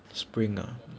spring ah